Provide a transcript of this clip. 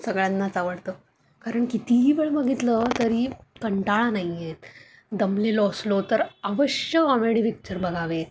सगळ्यांनाच आवडतं कारण कितीही वेळ बघितलं तरी कंटाळा नाही आहेत दमलेलो असलो तर अवश्य कॉमेडी पिक्चर बघावे